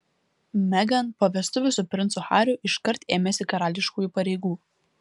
meghan po vestuvių su princu hariu iškart ėmėsi karališkųjų pareigų